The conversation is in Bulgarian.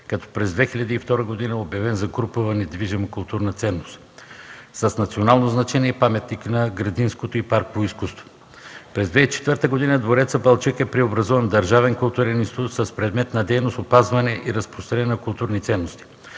като през 2002 г. е обявен за групова недвижима културна ценност с национално значение и паметник на градинското и парково изкуство. През 2004 г. „Двореца” – Балчик, е преобразуван в Държавен културен институт с предмет на дейност: опазване и разпространение на културни ценности,